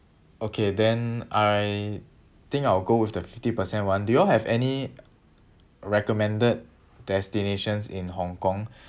okay then I think I'll go with the fifty percent [one] do you all have any recommended destinations in hong kong